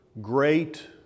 great